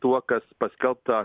tuo kas paskelbta